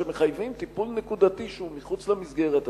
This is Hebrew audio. שמחייבים טיפול נקודתי שהוא מחוץ למסגרת הזאת.